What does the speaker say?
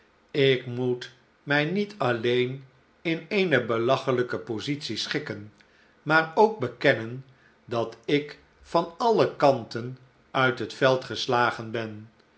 ik moet mij niet alleen in eene belachelijke positie schikken maar ook bekennen dat ik van alle kanten uit het veld geslagen ben